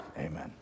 Amen